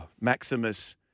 Maximus